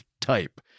type